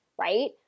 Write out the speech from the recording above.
right